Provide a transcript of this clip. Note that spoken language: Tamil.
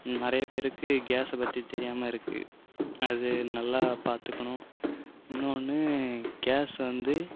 நிறைய பேருக்கு கேஸை பற்றி தெரியாமல் இருக்கு அது நல்லா பாத்துக்கணும் இன்னொன்று கேஸ் வந்து